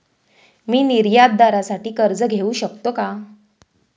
मी निर्यातदारासाठी कर्ज घेऊ शकतो का?